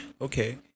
okay